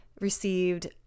received